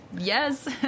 Yes